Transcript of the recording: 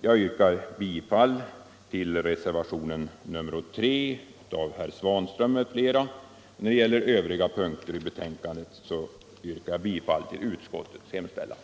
Jag yrkar bifall till den vid utskottets betänkande fogade reservationen 3 av herr Svanström m.fl. När det gäller övriga punkter i betänkandet yrkar jag bifall till utskottets hemställan.